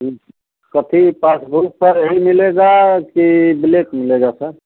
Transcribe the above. coffee passbook पर यहीं मिलेगा कि ब्लैक मिलेगा सर